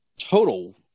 total